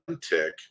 tick